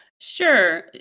Sure